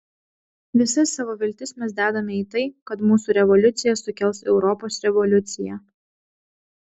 visas savo viltis mes dedame į tai kad mūsų revoliucija sukels europos revoliuciją